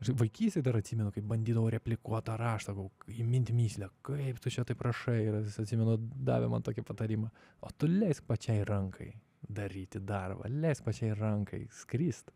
vaikystėj dar atsimenu kai bandydavau replikuot tą raštą įmint mįslę kaip tu čia taip rašai ir jis atsimenu davė man tokį patarimą o tu leisk pačiai rankai daryti darbą leisk pačiai rankai skrist